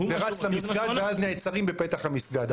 רץ למסגד ואז נעצרים בפתח המסגד.